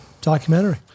documentary